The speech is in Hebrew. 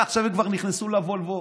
עכשיו הם כבר נכנסו לוולוו,